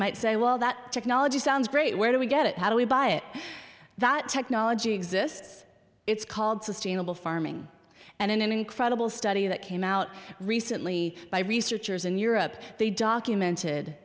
might say well that technology sounds great where do we get it how do we buy it that technology exists it's called sustainable farming and an incredible study that came out recently by researchers in europe they documented